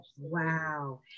wow